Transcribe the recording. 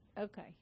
Okay